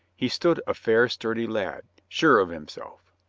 he stood a fair, sturdy lad, sure of himself.